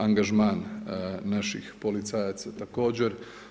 Angažman naših policajaca također.